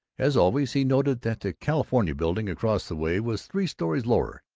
as always he noted that the california building across the way was three stories lower,